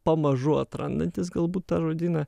pamažu atrandantis galbūt tą žodyną